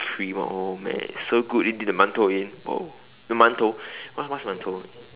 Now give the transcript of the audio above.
cream oh man so good you dip in the 馒头 in oh the 馒头man tou what what's 馒头